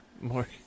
More